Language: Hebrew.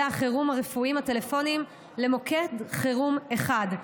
החירום הרפואיים הטלפוניים למוקד חירום אחד,